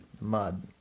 mud